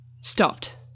stopped